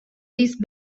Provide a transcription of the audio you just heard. these